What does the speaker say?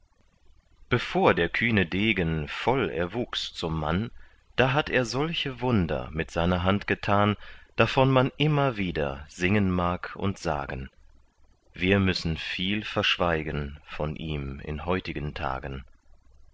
bevor der kühne degen voll erwuchs zum mann da hat er solche wunder mit seiner hand getan davon man immer wieder singen mag und sagen wir müssen viel verschweigen von ihm in heutigen tagen